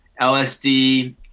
LSD